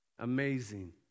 Amazing